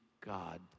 god